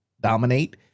dominate